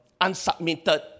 unsubmitted